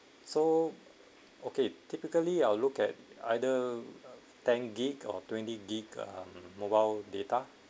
so okay typically I'll look at either ten gig~ or twenty gig~ mobile data